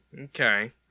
Okay